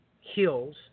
hills